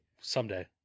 Someday